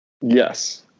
Yes